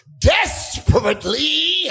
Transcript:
Desperately